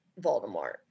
Voldemort